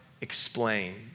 explain